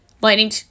Lightning